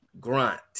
Grant